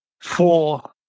four